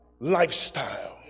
lifestyle